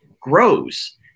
grows